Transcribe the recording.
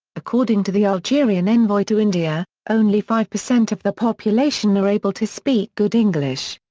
according to the algerian envoy to india, only five percent of the population are able to speak good english.